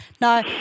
No